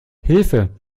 hilfe